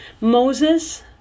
Moses